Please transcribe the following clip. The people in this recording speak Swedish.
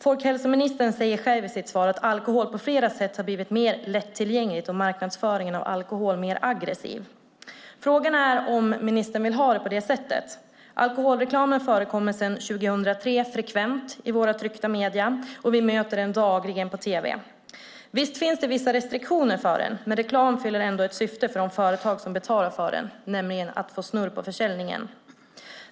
Folkhälsoministern säger själv i sitt svar att alkohol på flera sätt har blivit mer lättillgänglig och marknadsföringen av alkohol mer aggressiv. Frågan är om ministern vill ha det på det sättet. Alkoholreklam förekommer sedan 2003 frekvent i de tryckta medierna, och vi möter den dagligen på tv. Visst finns det vissa restriktioner, men reklamen fyller ändå ett syfte för de företag som betalar för den, nämligen att få snurr på försäljningen.